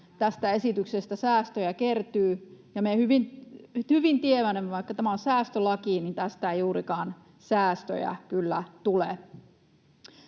tästä esityksestä säästöjä kertyy. Me hyvin tiedämme, että vaikka tämä on säästölaki, niin tästä ei juurikaan säästöjä kyllä tule.